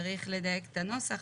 צריך לדייק את הנוסח,